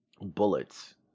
bullets